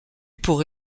pour